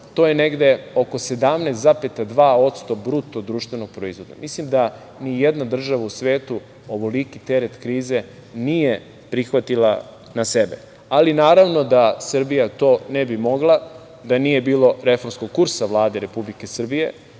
to je negde oko 17,2% BDP.Mislim da ni jedna država u svetu ovoliki teret krize nije prihvatila na sebe. Naravno da Srbija to ne bi mogla da nije bila reformskog kursa Vlade Republike Srbije